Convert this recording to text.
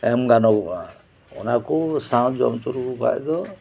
ᱮᱢ ᱜᱟᱱᱚᱜᱼᱟ ᱚᱱᱟᱠᱚ ᱥᱟᱶ ᱡᱚᱢ ᱦᱚᱪ ᱞᱮᱠᱚ ᱠᱷᱟᱱ ᱫᱚ